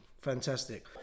Fantastic